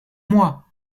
moi